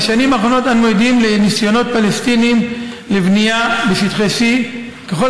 בשנים האחרונות אנו עדים לניסיונות פלסטיניים לבנייה בשטחי C. ככל